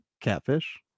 catfish